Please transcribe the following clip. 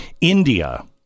India